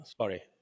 Sorry